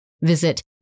visit